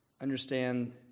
understand